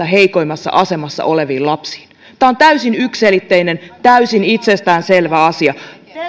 heikoimmassa asemassa oleviin lapsiin tämä on täysin yksiselitteinen täysin itsestäänselvä asia